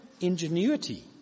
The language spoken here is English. ingenuity